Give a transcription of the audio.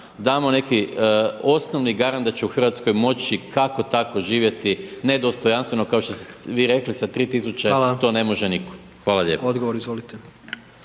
damo neki osnovni garant da će u Hrvatskoj moći kako-tako živjeti, ne dostojanstveno kao što ste vi rekli, sa 3000, to ne može nitko. Hvala lijepo. **Jandroković,